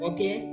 Okay